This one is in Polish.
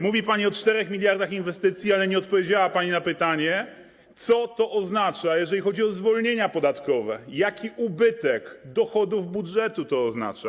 Mówi pani o 4 mld inwestycji, ale nie odpowiedziała pani na pytanie, co to oznacza, jeżeli chodzi o zwolnienia podatkowe, jaki ubytek dochodów budżetu to oznacza.